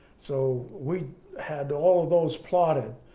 so we had all those plotted,